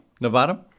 Nevada